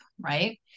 right